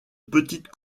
petite